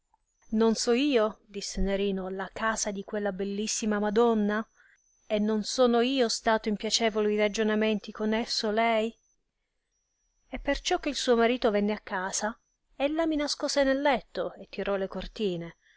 non so io disse nerino la casa di quella bellissima madonna e non sono io stato in piacevoli ragionamenti con esso lei e perciò che il suo marito venne a casa ella mi nascose nel letto e tirò le cortine